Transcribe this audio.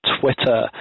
Twitter